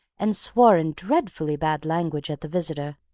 and swore in dreadfully bad language at the visitor.